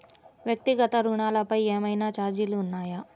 వ్యక్తిగత ఋణాలపై ఏవైనా ఛార్జీలు ఉన్నాయా?